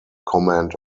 comment